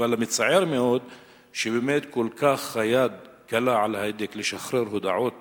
מצער מאוד שבאמת היד כל כך קלה על ההדק לשחרר הודעות